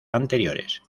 anteriores